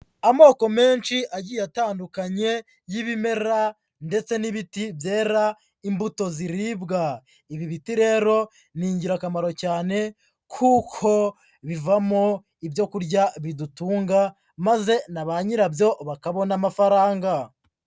Amoko menshi agiye atandukanye y'ibimera ndetse n'ibiti byera imbuto ziribwa. Ibi biti rero ni ingirakamaro cyane kuko bivamo ibyo kurya bidutunga maze na ba nyirabyo bakabona amafaranga.